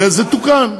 וזה תוקן.